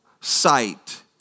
sight